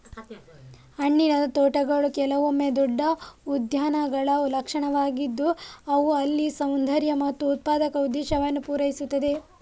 ಹಣ್ಣಿನ ತೋಟಗಳು ಕೆಲವೊಮ್ಮೆ ದೊಡ್ಡ ಉದ್ಯಾನಗಳ ಲಕ್ಷಣಗಳಾಗಿದ್ದು ಅವು ಅಲ್ಲಿ ಸೌಂದರ್ಯ ಮತ್ತು ಉತ್ಪಾದಕ ಉದ್ದೇಶವನ್ನು ಪೂರೈಸುತ್ತವೆ